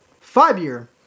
five-year